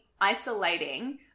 isolating